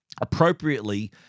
Appropriately